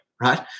right